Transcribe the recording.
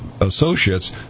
associates